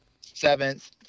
seventh